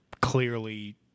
clearly